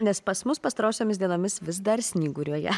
nes pas mus pastarosiomis dienomis vis dar snyguriuoja